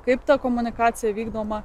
kaip ta komunikacija vykdoma